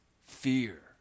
fear